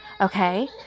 Okay